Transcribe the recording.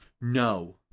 No